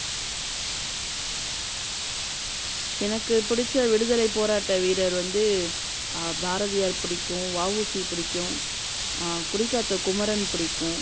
எனக்கு பிடிச்ச விடுதலை போராட்ட வீரர் வந்து பாரதியார் பிடிக்கும் வஉசி பிடிக்கும் கொடி காத்த குமரன் பிடிக்கும்